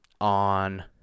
on